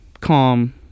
calm